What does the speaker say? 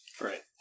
Right